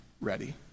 ready